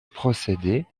possédaient